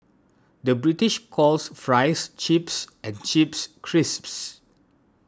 the British calls Fries Chips and Chips Crisps